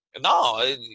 No